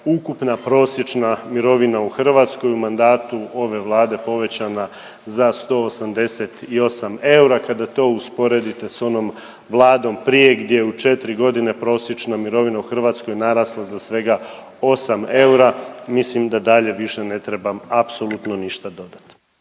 ukupna prosječna mirovina u Hrvatskoj u mandatu ove Vlade povećana za 188 eura. Kada to usporedite s onom vladom prije gdje je u 4 godine prosječna mirovina u Hrvatskoj narasla za svega 8 eura mislim da dalje više ne trebam apsolutno ništa dodati.